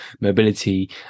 mobility